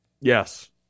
Yes